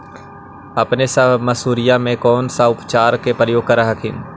अपने सब मसुरिया मे कौन से उपचार के प्रयोग कर हखिन?